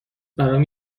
برام